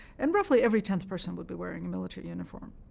and roughly every tenth person would be wearing a military uniform.